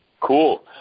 Cool